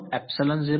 વિદ્યાર્થી થશે